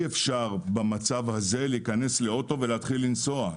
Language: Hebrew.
אפשר במצב הזה להיכנס לאוטו ולהתחיל לנוסע,